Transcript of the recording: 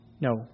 No